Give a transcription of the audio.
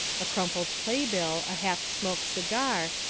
a crumpled playbill, a half-smoked cigar,